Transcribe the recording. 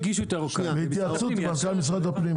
עם התייעצות עם מנכ"ל משרד הפנים,